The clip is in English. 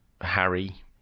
harry